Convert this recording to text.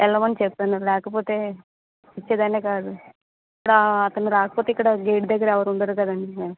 వెళ్ళమని చెప్పాను లేకపోతే ఇచ్చేదాన్నే కాదు అతను రాకపోతే ఇక్కడ గేట్ దగ్గర ఎవ్వరు ఉండరు కదండీ మ్యాడం